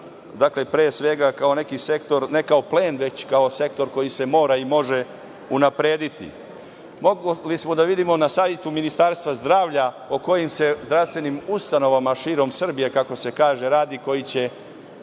dakle, pre svega kao neki sektor ne kao plen već kako sektor koji se mora i može unaprediti. Mogli smo da vidimo na sajtu Ministarstva zdravlja o kojim se zdravstvenim ustanovama širom Srbije, kako se kaže, radi koji će